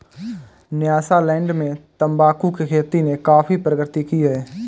Nyasaland में तंबाकू की खेती ने काफी प्रगति की है